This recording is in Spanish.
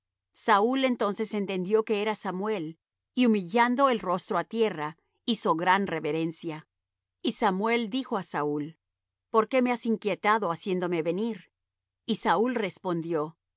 saúl entonces entendió que era samuel y humillando el rostro á tierra hizo gran reverencia y samuel dijo á saúl por qué me has inquietado haciéndome venir y saúl respondió